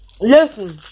Listen